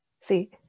See